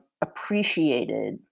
appreciated